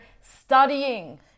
studying